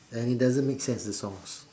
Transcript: and it doesn't make sense the songs